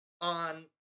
on